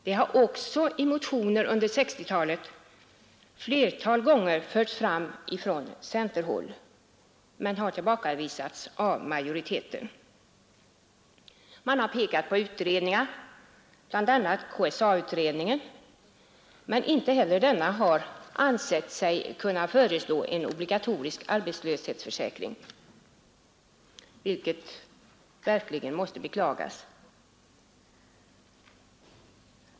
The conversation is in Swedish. Det har också i motioner under 1960-talet förts fram från centerhåll men har tillbakavisats av majoriteten. Man har pekat på utredningar, bl.a. KSA-utredningen, men inte heller denna har ansett sig kunna föreslå en obligatorisk arbetslöshetsförsäkring, vilket verkligen måste beklagas.